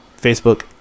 Facebook